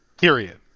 period